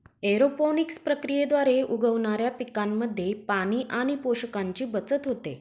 aeroponics प्रक्रियेद्वारे उगवणाऱ्या पिकांमध्ये पाणी आणि पोषकांची बचत होते